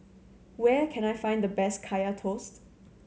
where can I find the best Kaya Toast